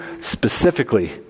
specifically